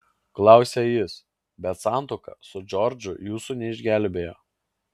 klausia jis bet santuoka su džordžu jūsų neišgelbėjo